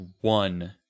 one